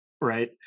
right